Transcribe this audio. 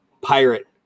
pirate